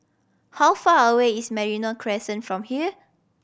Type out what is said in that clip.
how far away is Merino Crescent from here